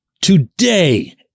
Today